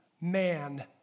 man